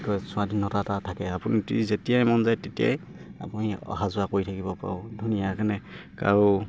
স্বাধীনতা এটা থাকে আপুনি যেতিয়াই মন যায় তেতিয়াই আপুনি অহা যোৱা কৰি থাকিব পাৰোঁ ধুনীয়াকে